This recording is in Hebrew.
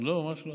לא, ממש לא.